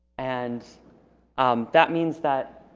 and um that means that